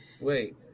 Wait